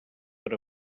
per